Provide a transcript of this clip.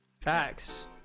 Facts